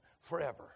forever